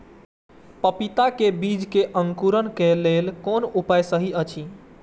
पपीता के बीज के अंकुरन क लेल कोन उपाय सहि अछि?